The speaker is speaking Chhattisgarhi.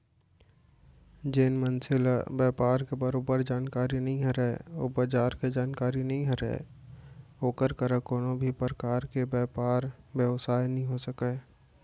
जेन मनसे ल बयपार के बरोबर जानकारी नइ रहय अउ बजार के जानकारी नइ रहय ओकर करा कोनों भी परकार के बयपार बेवसाय नइ हो सकय